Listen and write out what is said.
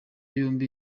yombi